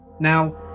Now